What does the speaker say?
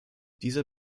dieser